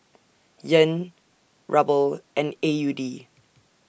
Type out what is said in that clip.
Yen Ruble and A U D